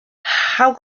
how